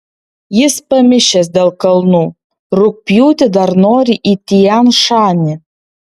jis pamišęs dėl kalnų rugpjūtį dar nori į tian šanį